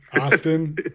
Austin